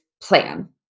plan